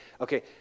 okay